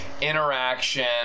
interaction